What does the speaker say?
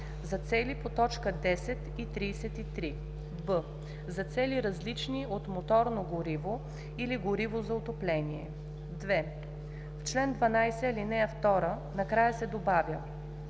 за цели по т. 10 и 33; б) за цели, различни от моторно гориво или гориво за отопление.“ 2. В чл. 12, ал. 2 накрая се добавя